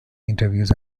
interviews